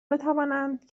بتوانند